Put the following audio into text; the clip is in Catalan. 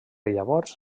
llavors